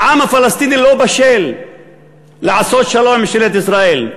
העם הפלסטיני לא בשל לעשות שלום עם ממשלת ישראל.